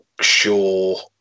sure